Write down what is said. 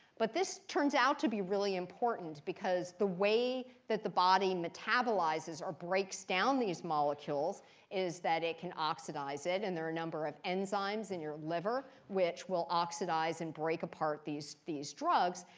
but this turns out to be really important, because the way that the body metabolizes or breaks down these molecules is that it can oxidize it. and there are a number of enzymes in your liver which will oxidize and break apart these these drugs.